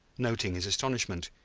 noting his astonishment,